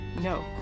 No